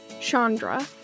Chandra